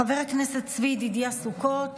חבר הכנסת צבי ידידיה סוכות